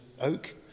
oak